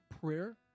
prayer